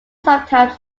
sometimes